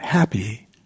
Happy